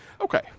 Okay